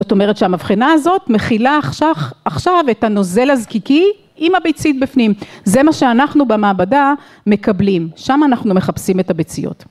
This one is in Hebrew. זאת אומרת שהמבחנה הזאת מכילה עכשיו את הנוזל הזקיקי עם הביצית בפנים, זה מה שאנחנו במעבדה מקבלים, שם אנחנו מחפשים את הביציות.